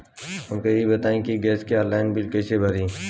हमका ई बताई कि गैस के ऑनलाइन बिल कइसे भरी?